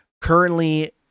currently